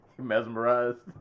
Mesmerized